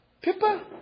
Pippa